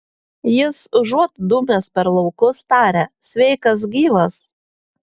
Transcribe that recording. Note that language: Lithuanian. jis užuot dūmęs per laukus taria sveikas gyvas